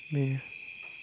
बेनो